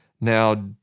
Now